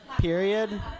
period